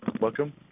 welcome